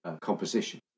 composition